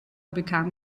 bekam